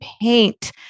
paint